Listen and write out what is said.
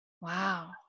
Wow